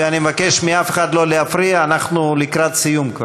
אני מבקש מכולם לא להפריע, אנחנו לקראת סיום כבר.